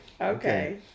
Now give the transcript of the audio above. Okay